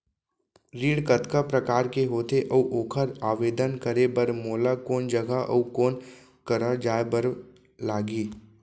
ऋण कतका प्रकार के होथे अऊ ओखर आवेदन करे बर मोला कोन जगह अऊ कोन करा जाए बर लागही?